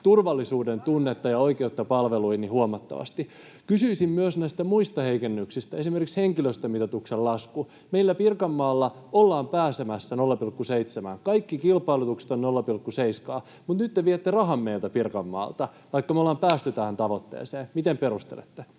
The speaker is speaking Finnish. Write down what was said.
turvallisuudentunnetta ja oikeutta palveluihin huomattavasti. Kysyisin myös näistä muista heikennyksistä. Esimerkiksi henkilöstömitoituksen lasku: meillä Pirkanmaalla ollaan pääsemässä 0,7:ään, kaikki kilpailutukset ovat 0,7, mutta nyt te viette rahat meiltä Pirkanmaalta, vaikka me ollaan päästy tähän tavoitteeseen. Miten perustelette?